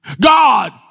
God